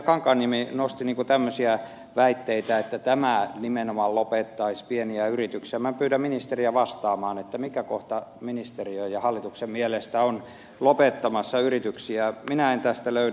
kankaanniemi nosti esiin tämmöisiä väitteitä että tämä nimenomaan lopettaisi pieniä yrityksiä niin minä pyydän ministeriä vastaamaan mikä kohta ministeriön ja hallituksen mielestä on lopettamassa yrityksiä minä en tästä sitä löydä